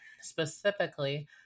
specifically